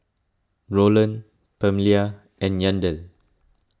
Rowland Pamelia and Yandel